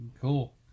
cool